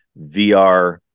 VR